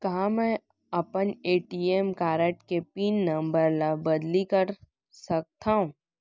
का मैं अपन ए.टी.एम कारड के पिन नम्बर ल बदली कर सकथव?